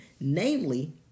Namely